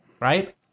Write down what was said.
Right